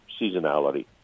seasonality